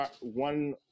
one